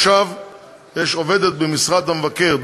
עכשיו יש עובדת במשרד המבקר,